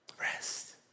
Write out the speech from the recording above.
Rest